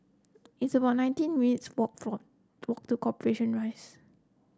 it's about nineteen minutes' walk for to Corporation Rise